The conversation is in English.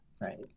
Right